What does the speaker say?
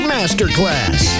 Masterclass